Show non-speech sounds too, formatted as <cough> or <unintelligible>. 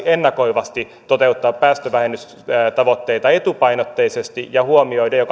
<unintelligible> ennakoivasti toteuttaa päästövähennystavoitteita etupainotteisesti ja huomioida jo <unintelligible>